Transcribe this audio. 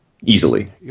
Easily